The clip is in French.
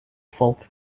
folk